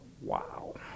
wow